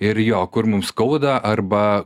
ir jo kur mums skauda arba